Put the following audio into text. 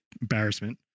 embarrassment